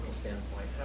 standpoint